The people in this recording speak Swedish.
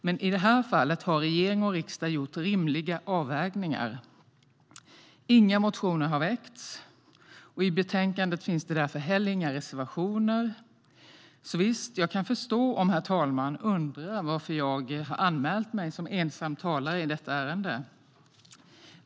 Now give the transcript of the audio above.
Men i det här fallet har regering och riksdag gjort rimliga avvägningar. Inga motioner har väckts, och i betänkandet finns det därför heller inga reservationer, så, visst, jag kan förstå om herr talmannen undrar varför jag har anmält mig som ensam talare i detta ärende.